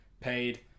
paid